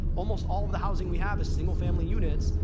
almost all of the housing we have is single-family units,